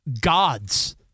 gods